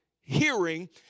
hearing